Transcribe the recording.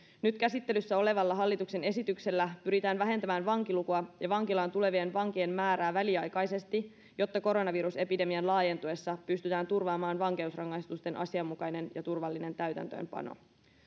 nyt käsittelyssä olevalla hallituksen esityksellä pyritään vähentämään vankilukua ja vankilaan tulevien vankien määrää väliaikaisesti jotta koronavirusepidemian laajentuessa pystytään turvaamaan vankeusrangaistusten asianmukainen ja turvallinen täytäntöönpano